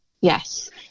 Yes